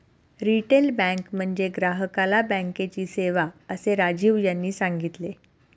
retail bank म्हणजे ग्राहकाला बँकेची सेवा, असे राजीव यांनी सांगितले